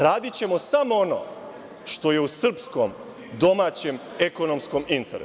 Radićemo samo ono što je u srpskom domaćem ekonomskom interesu.